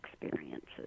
experiences